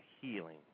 healing